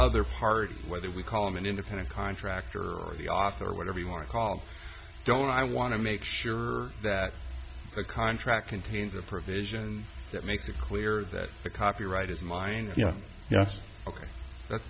other party whether we call him an independent contractor or the author or whatever you want to call don't i want to make sure that the contract contains provisions that make it clear that the copyright is mine yes ok that's